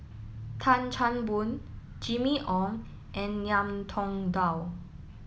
Tan Chan Boon Jimmy Ong and Ngiam Tong Dow